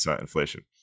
inflation